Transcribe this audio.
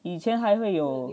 以前还会有